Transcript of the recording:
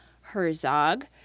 Herzog